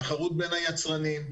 תחרות בין היצרנים.